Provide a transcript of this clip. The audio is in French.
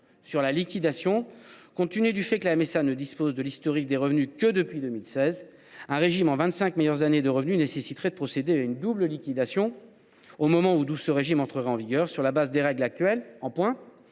de la liquidation. Compte tenu du fait que la MSA ne dispose de l’historique des revenus que depuis 2016, un régime basé sur les vingt cinq meilleures années de revenus nécessiterait de procéder à une double liquidation au moment où il entrerait en vigueur : sur la base des règles actuelles, en points,